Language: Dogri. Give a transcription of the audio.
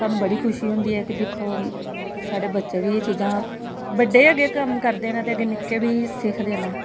ते साह्नू बड़ी खुशी होंदी ऐ के दिक्खो साढ़े बच्चे बी एह् चीजां बड्डे जे कम्म करदे नै ते निक्के बी सिखदे दे नै